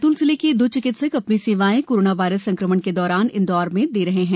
बैतूल जिले के दो चिकित्सक अपनी सेवाएं कोरोना वायरस संक्रमण के दौरान इंदौर जिले में दे रहे हैं